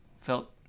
felt